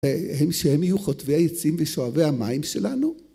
‫הם... שהם יהיו חוטבי העצים ‫ושואבי המים שלנו?!